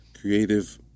creative